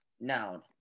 Noun